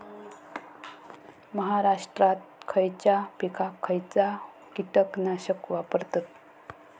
महाराष्ट्रात खयच्या पिकाक खयचा कीटकनाशक वापरतत?